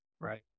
right